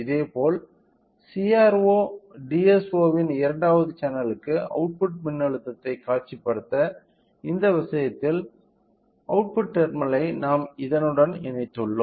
இதேபோல் CRO DSO வின் இரண்டாவது சேனலுக்கு அவுட்புட் மின்னழுத்தத்தை காட்சிப்படுத்த இந்த விஷயத்தில் அவுட்புட் டெர்மினல் ஐ நாம் இதனுடன் இணைத்துள்ளோம்